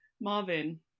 Marvin